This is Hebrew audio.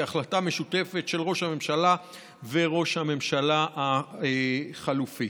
כהחלטה משותפת של ראש הממשלה וראש הממשלה החליפי.